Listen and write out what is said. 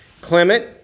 Clement